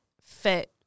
fit